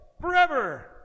forever